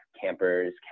campers